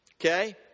Okay